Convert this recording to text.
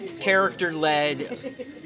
character-led